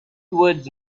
towards